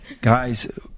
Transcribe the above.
guys